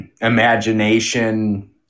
imagination